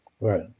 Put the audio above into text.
Right